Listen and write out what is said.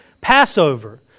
Passover